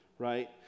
Right